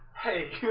hey